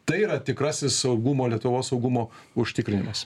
tai yra tikrasis saugumo lietuvos saugumo užtikrinimas